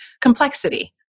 complexity